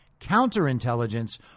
counterintelligence